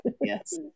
Yes